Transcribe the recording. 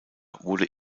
wurde